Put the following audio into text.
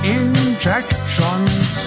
injections